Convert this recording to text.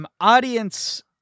audience